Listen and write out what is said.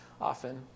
often